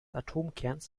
atomkerns